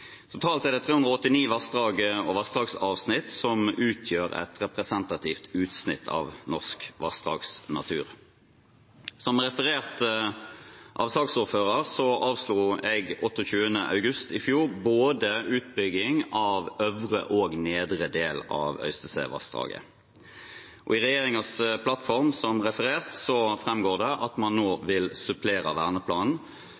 Totalt er det 389 vassdrag og vassdragsavsnitt, som utgjør et representativt utsnitt av norsk vassdragsnatur. Som referert av saksordføreren avslo jeg 28. august i fjor utbygging av både øvre og nedre del av Øystesevassdraget. I regjeringens plattform, som referert, framgår det at man